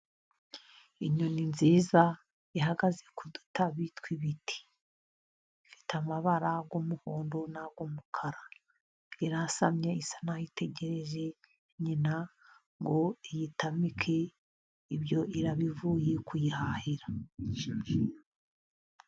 Inyoni nziza ihagaze ku dutabi tw'ibiti, ifite amabara y'umuhondo n'umukara. Yasamye isa n'itegereje nyina ngo iyitamike ibyo iraba ivuye kuyihahira.